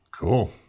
Cool